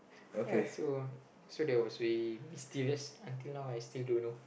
ya so so there was very mysterious until now I still don't know